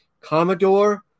Commodore